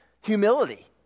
humility